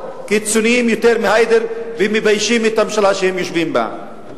קיצוניים יותר מהיידר ומביישים את הממשלה שהם יושבים בה.